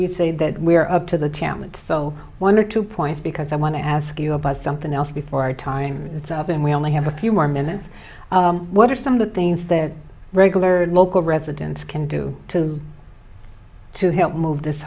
you'd say that we are up to the talent show one or two points because i want to ask you about something else before our time and we only have a few more minutes what are some of the things that regular local residents can do to help move this